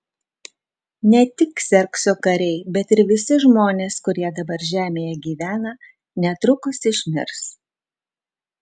ne tik kserkso kariai bet ir visi žmonės kurie dabar žemėje gyvena netrukus išmirs